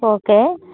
okay